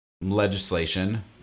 legislation